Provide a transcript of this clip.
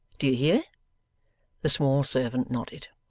do you hear the small servant nodded.